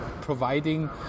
providing